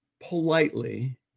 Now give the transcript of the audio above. politely